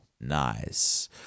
Nice